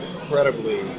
incredibly